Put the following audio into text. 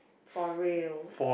for real